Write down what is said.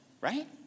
right